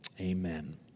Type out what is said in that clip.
amen